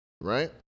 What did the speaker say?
right